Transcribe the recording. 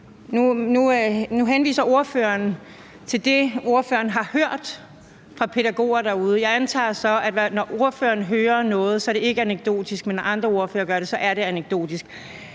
Nu henviser ordføreren til det, ordføreren har hørt fra pædagoger derude. Jeg antager så, at når ordføreren hører noget, er det ikke er anekdotisk, men når andre ordførere gør det, så er det anekdotisk.